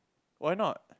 why not